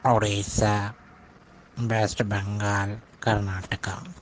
Orissa west Bengal Karnataka